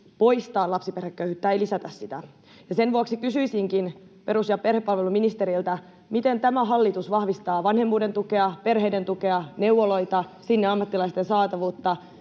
poistaa lapsiperheköyhyyttä, ei lisätä sitä. Sen vuoksi kysyisinkin perus- ja perhepalveluministeriltä: miten tämä hallitus vahvistaa vanhemmuuden tukea, perheiden tukea, neuvoloita, ammattilaisten saatavuutta